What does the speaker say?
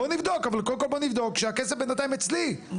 לא אמרתי אל תשלמו, כן